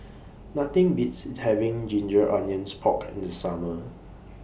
Nothing Beats having Ginger Onions Pork in The Summer